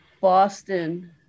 Boston